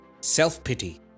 self-pity